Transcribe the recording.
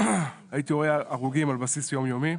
הייתי רואה הרוגים על בסיס יום יומי.